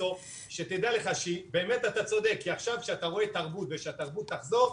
שתדע לך שבאמת אתה צודק כי עכשיו כשאתה רואה תרבות ושהתרבות תחזור,